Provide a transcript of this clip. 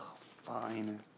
Fine